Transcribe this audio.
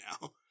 now